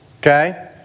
Okay